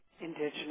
Indigenous